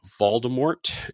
Voldemort